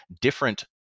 different